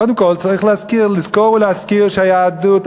קודם כול צריך לזכור ולהזכיר שהיהדות,